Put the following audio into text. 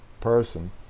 person